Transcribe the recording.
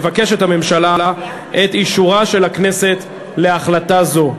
מבקשת הממשלה את אישורה של הכנסת להחלטה זו.